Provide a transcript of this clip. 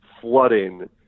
flooding